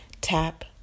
Tap